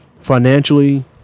financially